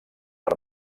per